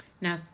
now